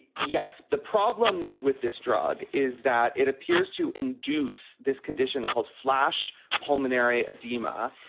yes. the problem with this drug is that it appears to induce this condition called flash pulmonary edema,